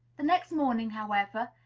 the next morning, however,